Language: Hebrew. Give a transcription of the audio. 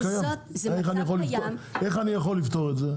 איך אני יכול לפתור את זה?